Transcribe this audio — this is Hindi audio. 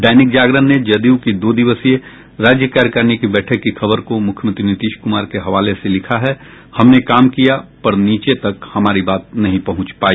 दैनिक जागरण ने जदयू की दो दिवसीय राज्य कार्यकारिणी की बैठक की खबर को मुख्यमंत्री नीतीश कुमार के हवाले से लिखा है हमने काम किया पर नीचे तक हमारी बात पहुंच नहीं पाई